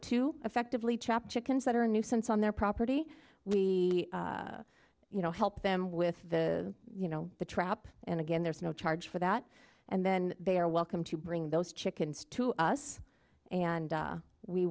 to effectively trap chickens that are a nuisance on their property we you know help them with the you know the trap and again there's no charge for that and then they are welcome to bring those chickens to us and